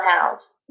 house